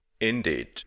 Indeed